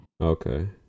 Okay